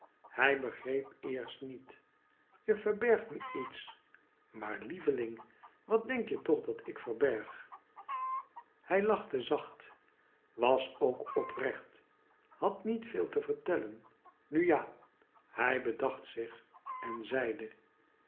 hij begreep eerst niet je verbergt me iets maar heveling wat denk je toch dat ik verberg hij jachte zacht was ook oprecht had niet veel te vertellen nu ja hij bedacht zich en zeide